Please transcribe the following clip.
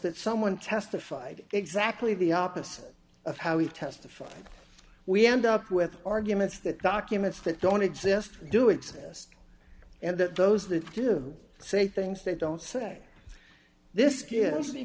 that someone testified exactly the opposite of how he testified we end up with arguments that documents that don't exist do exist and that those that do say things they don't say this gives me